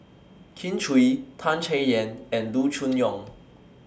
Kin Chui Tan Chay Yan and Loo Choon Yong